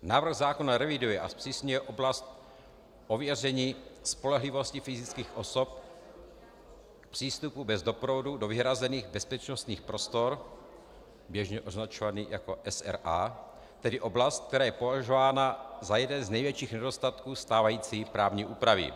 Návrh zákona reviduje a zpřísňuje oblast ověření spolehlivosti fyzických osob v přístupu bez doprovodu do vyhrazených bezpečnostních prostor, běžně označovaných jako SRA, tedy oblast, která je považována za jeden z největších nedostatků stávající právní úpravy.